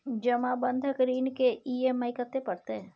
जमा बंधक ऋण के ई.एम.आई कत्ते परतै?